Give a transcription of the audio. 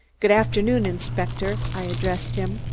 good afternoon, inspector, i addressed him.